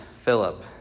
Philip